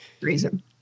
reason